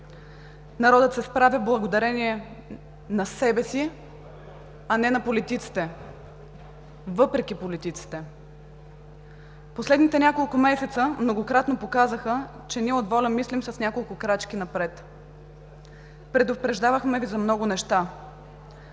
Народът се справя благодарение на себе си, а не на политиците – въпреки политиците. Последните няколко месеца многократно показаха, че ние от ВОЛЯ мислим с няколко крачки напред. Предупреждавахме Ви за много нещо.